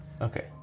Okay